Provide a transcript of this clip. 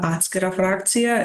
atskirą frakciją